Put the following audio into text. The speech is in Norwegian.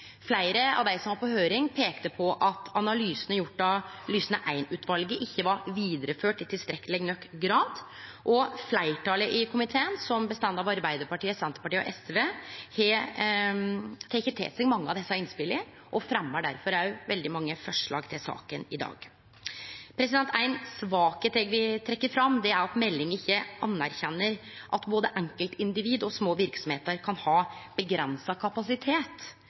Fleire av dei som var på høyring, peikte på at analysane gjort av Lysne 1-utvalet ikkje var vidareførde i tilstrekkeleg nok grad. Og fleirtalet i komiteen, som består av Arbeidarpartiet, Senterpartiet og SV, har teke til seg mange av desse innspela og fremjar derfor òg veldig mange forslag til saka i dag. Ein svakheit eg vil trekkje fram, er at meldinga ikkje anerkjenner at både enkeltindivid og små verksemder kan ha avgrensa kapasitet